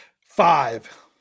Five